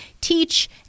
teach